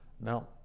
no